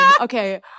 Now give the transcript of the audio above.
Okay